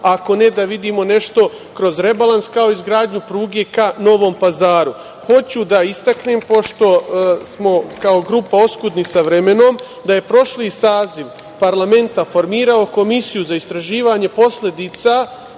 Ako ne, da vidimo nešto kroz rebalans, kao izgradnju pruge ka Novom Pazaru. Hoću da istaknem, pošto smo kao grupa oskudni sa vremenom, da je prošli saziv parlamenta formirao Komisiju za istraživanje posledica